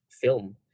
film